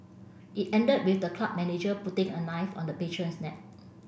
it ended with the club manager putting a knife on the patron's neck